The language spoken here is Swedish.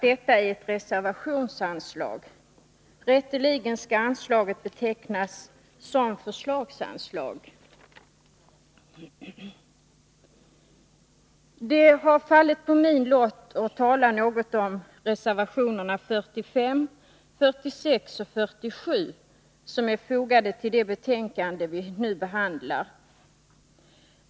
Det har fallit på min lott att tala något om reservationerna 45, 46 och 47, som är fogade till det betänkande vi nu behandlar.